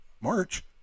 March